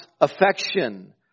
affection